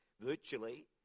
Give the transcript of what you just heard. virtually